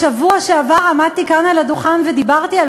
בשבוע שעבר עמדתי כאן על הדוכן ודיברתי על